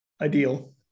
ideal